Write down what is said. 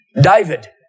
David